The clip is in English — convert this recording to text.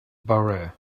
borrow